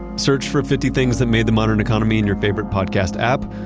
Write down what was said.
search for fifty things that made the modern economy in your favorite podcast app,